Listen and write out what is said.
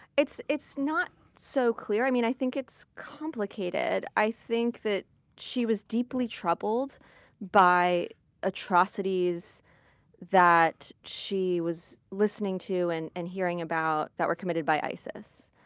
it's it's not so clear. i mean, i think it's complicated. i think that she was deeply troubled by atrocities that she was listening to and and hearing about that were committed by isis.